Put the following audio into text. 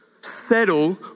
settle